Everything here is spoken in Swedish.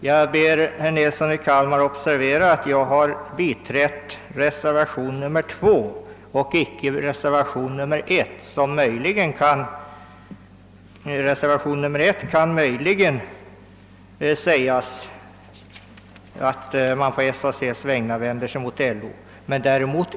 Jag ber herr Nils son i Kalmar observera att jag har biträtt reservationen II och inte reservationen I, beträffande vilken möjligen kan sägas att man där vänder sig mot LO.